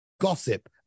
gossip